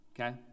okay